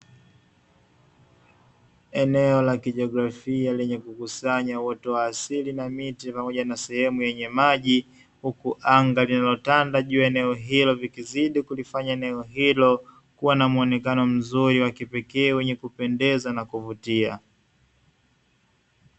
Eneo la kijiografia lenye kukusanya uoto wa asili na miti pamoja na sehemu yenye maji, huku anga linalotanda juu ya eneo hilo vikizidi kulifanya eneo hilo, kuwa na muonekano mzuri wa kipekee na wa kuvutia.